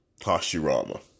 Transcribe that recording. Hashirama